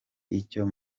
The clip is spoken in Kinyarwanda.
icyo